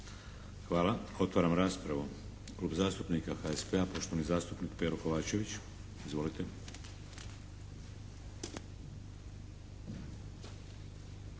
Hvala. Otvaram raspravu. Klub zastupnika HSP-a, poštovani zastupnik Pero Kovačević. Izvolite.